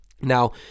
Now